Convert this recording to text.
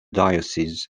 diocese